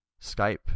Skype